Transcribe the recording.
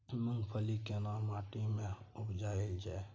मूंगफली केना माटी में उपजायल जाय?